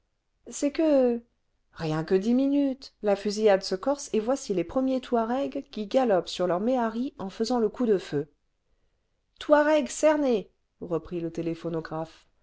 c'est que rien que dix minutes la fusillade se corse et voici les premiers touaregs qui galopent sur leurs méharis en faisant le coup de feu touaregs cernés reprit le téléphonographe